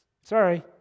Sorry